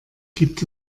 gibt